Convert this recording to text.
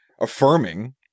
affirming